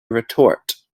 retort